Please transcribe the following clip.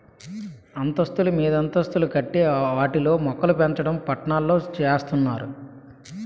అంతస్తులు మీదంతస్తులు కట్టి ఆటిల్లో మోక్కలుపెంచడం పట్నాల్లో సేత్తన్నారు